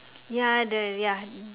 ya the ya